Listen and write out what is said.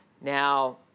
Now